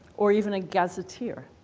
or even a gazetteer.